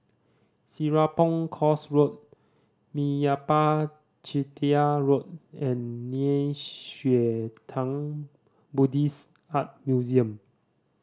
Serapong Course Road Meyappa Chettiar Road and Nei Xue Tang Buddhist Art Museum